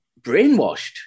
brainwashed